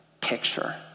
picture